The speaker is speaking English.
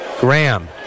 Graham